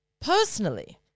Personally